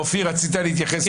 רצית להתייחס?